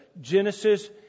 Genesis